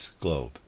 globe